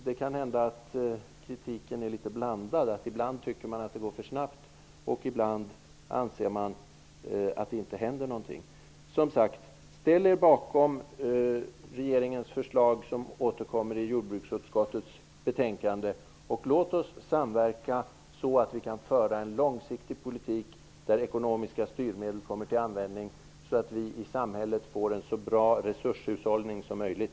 Det kan hända att kritiken är litet blandad. Ibland tycker man att det går för snabbt, och ibland anser man att det inte händer någonting. Ställ er bakom regeringens förslag, som återkommer i jordbruksutskottets betänkande, och låt oss samverka så att vi kan föra en långsiktig politik, där ekonomiska styrmedel kommer till användning, så att vi i samhället får en så bra resurshushållning som möjligt.